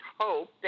hope